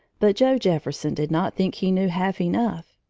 but joe jefferson did not think he knew half enough.